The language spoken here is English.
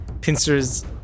pincers